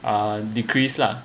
uh decrease lah